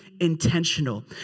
intentional